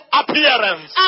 appearance